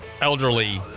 elderly